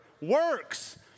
Works